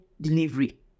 delivery